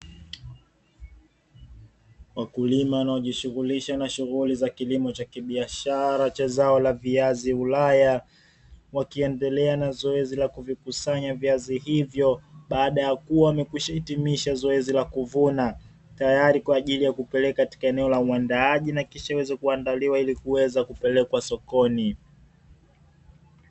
Wakulima wanaojishughulisha na shughuli za kilimo cha kibiashara cha zao la viazi ulaya, wakiendelea na zoezi la kuvikusanya viazi hivyo baada ya kuwa wamekwisha hitimisha zoezi la kuvuna. Tayari kwa ajili ya kupeleka katika eneo la uandaaji na kisha viweze kuandaliwa ili kuweza kupelekwa sokoni.